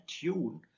tune